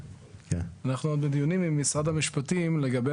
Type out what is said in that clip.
אנחנו עוד בדיונים עם משרד המשפטים לגבי